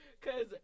Cause